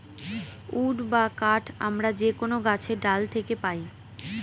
would বা কাঠ আমরা যে কোনো গাছের ডাল থাকে পাই